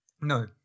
No